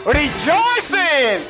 rejoicing